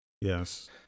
Yes